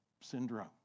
Syndrome